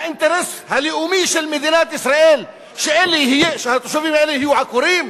האינטרס הלאומי של מדינת ישראל שהתושבים האלה יהיו עקורים?